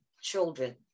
children